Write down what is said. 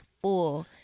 full